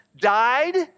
died